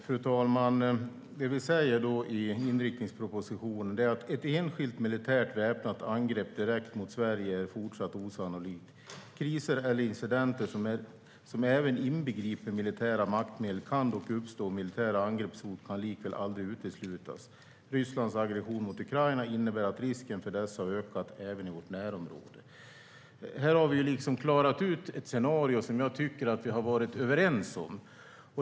Fru talman! Det vi säger i inriktningspropositionen är: "Ett enskilt militärt väpnat angrepp direkt mot Sverige är fortsatt osannolikt. Kriser eller incidenter, som även inbegriper militära maktmedel kan dock uppstå och på längre sikt kan militära angreppshot likväl aldrig uteslutas. Rysslands aggression mot Ukraina innebär att risken för dessa har ökat, även i vårt närområde." Här har vi klarat ut ett scenario som jag tycker att vi har varit överens om.